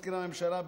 מזכיר הממשלה,